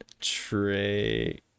Trey